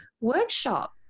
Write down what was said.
workshop